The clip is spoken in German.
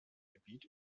gebiet